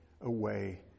away